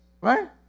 Right